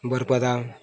ᱵᱟᱹᱨᱤᱯᱟᱫᱟ